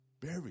buried